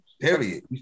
Period